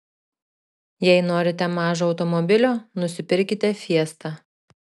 jei norite mažo automobilio nusipirkite fiesta